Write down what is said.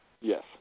Yes